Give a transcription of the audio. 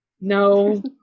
no